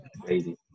crazy